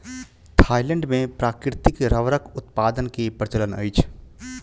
Thailand मे प्राकृतिक रबड़क उत्पादन के प्रचलन अछि